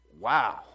wow